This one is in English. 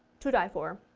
to die for.